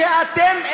ואתם,